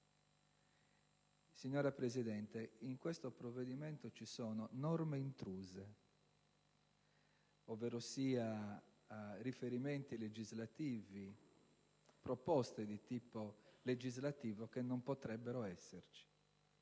Signora Presidente, in questo provvedimento ci sono norme intruse, ovverosia riferimenti legislativi, proposte di tipo legislativo che non potrebbero esserci.